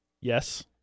Yes